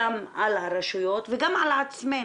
גם על הרשויות וגם על עצמנו.